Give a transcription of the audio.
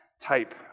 type